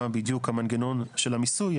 מה בדיוק המנגנון של המיסוי.